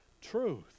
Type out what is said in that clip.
Truth